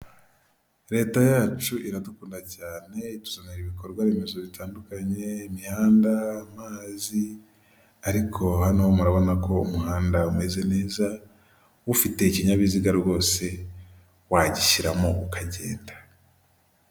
Leta yacu iradukunda cyane ituzanira ibikorwa remezo bitandukanye: imihanda, amazi, ariko hano murabona ko umuhanda umeze neza; ufite ikinyabiziga rwose wagishyiramo ukagenda.